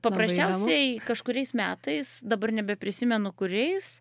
paprasčiausiai kažkuriais metais dabar nebeprisimenu kuriais